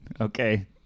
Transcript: Okay